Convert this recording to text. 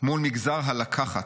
מול מגזר ה'לקחת',